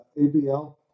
ABL